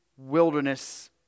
wilderness